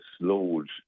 slowed